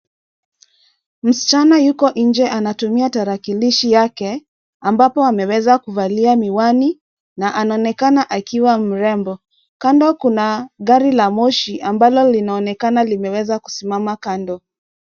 Msichana yuko nje anatumia tarakilishi yake, ambapo ameweza kuvalia miwani na anaonekana akiwa mrembo. Kando kuna gari la moshi ambalo linaonekana limeweza kusimama kando.